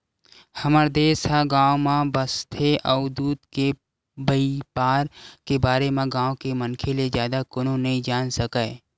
हमर देस ह गाँव म बसथे अउ दूद के बइपार के बारे म गाँव के मनखे ले जादा कोनो नइ जान सकय